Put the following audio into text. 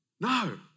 No